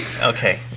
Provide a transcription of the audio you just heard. okay